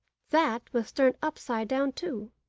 that was turned upside down too.